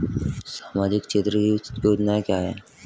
सामाजिक क्षेत्र की योजनाएं क्या हैं?